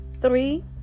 Three